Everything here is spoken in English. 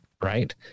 right